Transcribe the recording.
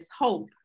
hope